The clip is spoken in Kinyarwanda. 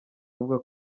avuga